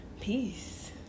Peace